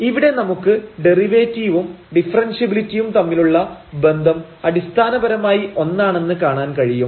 ഇവിടെ നമുക്ക് ഡെറിവേറ്റീവും ഡിഫറെൻഷ്യബിലിറ്റിയും തമ്മിലുള്ള ബന്ധം അടിസ്ഥാനപരമായി ഒന്നാണെന്ന് കാണാൻ കഴിയും